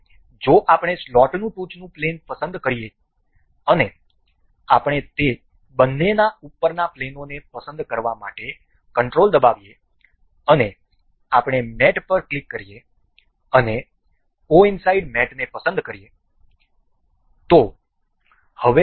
અને જો આપણે સ્લોટનું ટોચનું પ્લેન પસંદ કરીએ અને આપણે તે બંનેના ઉપરના પ્લેનોને પસંદ કરવા માટે કંટ્રોલ દબાવીશું અને આપણે મેટ પર ક્લિક કરીશું અને કોઇન્સડનટ મેટને પસંદ કરીશું